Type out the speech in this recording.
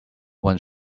one